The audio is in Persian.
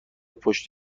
پشت